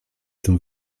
tym